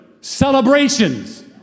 celebrations